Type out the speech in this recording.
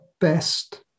best